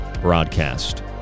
broadcast